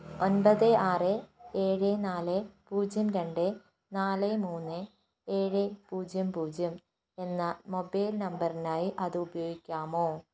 ഒൻപത് ആറ് ഏഴ് നാല് പൂജ്യം രണ്ട് നാല് മൂന്ന് ഏഴ് പൂജ്യം പൂജ്യം എന്ന മൊബൈൽ നമ്പറിനായി അത് ഉപയോഗിക്കാമോ